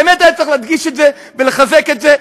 באמת היה צריך להדגיש את זה ולחזק את זה,